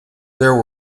there